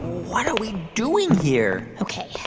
what are we doing here? ok,